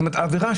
העבירה,